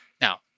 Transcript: Now